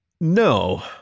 No